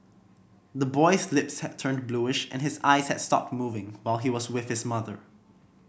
the boy's lips had turned bluish and his eyes has stopped moving while he was with his mother